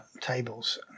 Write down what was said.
tables